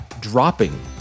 dropping